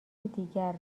دیگر